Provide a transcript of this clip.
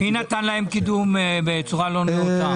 מי נתן להם קידום בצורה לא נאותה?